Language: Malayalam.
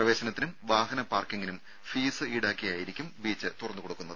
പ്രവേശനത്തിനും വാഹന പാർക്കിംഗിനും ഫീസ് ഈടാക്കിയായിരിക്കും ബീച്ച് തുറന്ന് കൊടുക്കുന്നത്